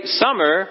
summer